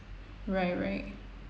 right right